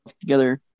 together